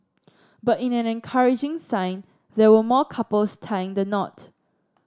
but in an encouraging sign there were more couples tying the knot